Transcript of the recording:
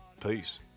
Peace